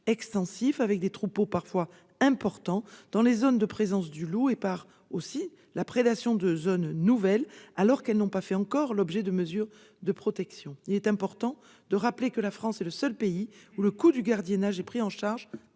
avec des troupeaux parfois importants dans les zones de présence du loup, et par l'existence de nouvelles zones de prédation n'ayant pas fait encore l'objet de mesures de protection. Il est important de rappeler que la France est le seul pays où le coût du gardiennage est pris en charge